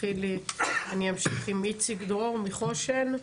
אני אמשיך עם איציק דרור מחושן,